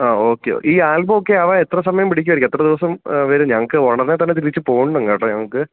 ആ ഓക്കെ ഈ ആൽബം ഒക്കെ ആവാൻ എത്ര സമയം പിടിക്കുമായിരിക്കും എത്ര ദിവസം വരും ഞങ്ങൾക്ക് ഉടനെ തന്നെ തിരിച്ച് പോവണം കേട്ടോ ഞങ്ങൾക്ക്